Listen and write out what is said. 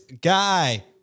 guy